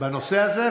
בנושא הזה.